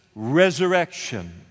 Resurrection